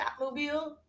Batmobile